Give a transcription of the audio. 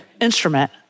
instrument